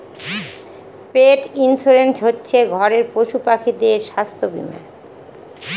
পেট insurance হচ্ছে ঘরের পশুপাখিদের স্বাস্থ্য বীমা